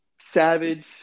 Savage